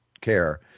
care